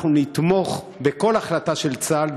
אנחנו נתמוך בכל החלטה של צה"ל,